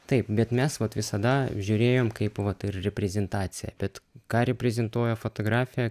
taip bet mes vat visada žiūrėjom kaip vat ir reprezentacija bet ką reprezentuoja fotografija